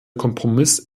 kompromiss